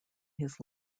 his